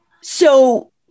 So-